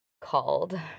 called